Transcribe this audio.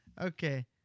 Okay